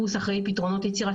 רק בבתי ספר.